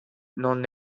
non